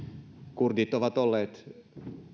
kurdit ovat olleet